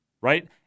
right